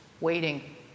waiting